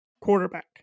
quarterback